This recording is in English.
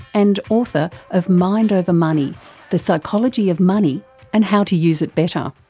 and author of mind over money the psychology of money and how to use it better.